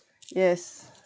yes